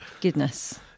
Goodness